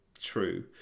true